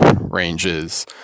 ranges